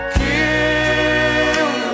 kill